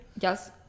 Yes